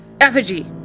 effigy